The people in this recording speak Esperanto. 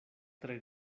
tre